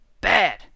Bad